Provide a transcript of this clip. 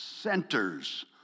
centers